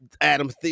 Adam